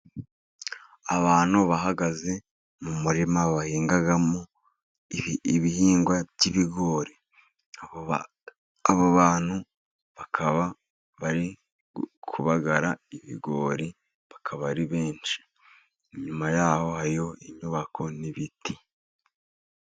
Abantu bahagaze mu murima bahingamo ibihingwa by'ibigori. Abo bantu bakaba bari kubagara ibigori, bakaba ari benshi. Inyuma yaho hariho inyubako n'ibiti.